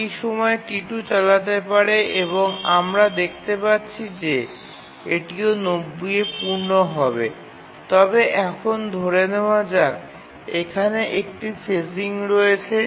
বাকি সময় T2 চালাতে পারে এবং আমরা দেখতে পাচ্ছি যে এটি ৯০ এ পূর্ণ হবে তবে এখন ধরে নেওয়া যাক এখানে একটি ফেজিং রয়েছে